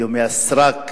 איומי הסרק.